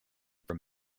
from